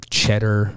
cheddar